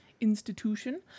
institution